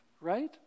right